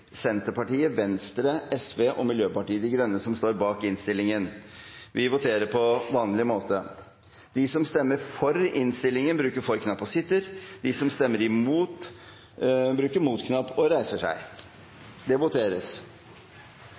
Senterpartiet. Det er Arbeiderpartiet, Venstre, Sosialistisk Venstreparti og Miljøpartiet De Grønne som står bak innstillingen. Vi voterer ved navneopprop, og starter med representant nr. 6 for Østfold fylke, Stein Erik Lauvås. De som stemmer for innstillingen, svarer ja. De som stemmer imot